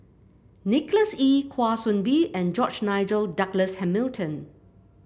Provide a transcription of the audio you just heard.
Nicholas Ee Kwa Soon Bee and George Nigel Douglas Hamilton